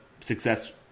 success